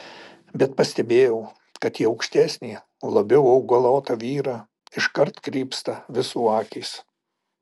bet pastebėjau kad į aukštesnį labiau augalotą vyrą iškart krypsta visų akys